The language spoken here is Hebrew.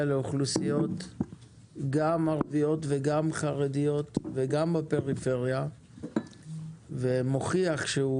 לאוכלוסיות גם ערביות וגם חרדיות וגם בפריפריה ומוכיח שהוא